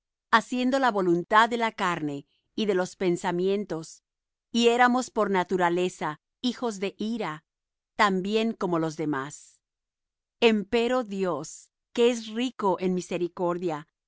haciendo la voluntad de la carne y de los pensamientos y éramos por naturaleza hijos de ira también como los demás empero dios que es rico en misericordia